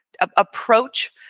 approach